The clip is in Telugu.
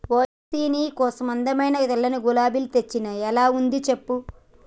ఓయ్ హెప్సీ నీ కోసం అందమైన తెల్లని గులాబీ తెచ్చిన ఎలా ఉంది సెప్పు